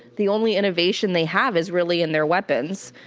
the only innovation they have is really in their weapons.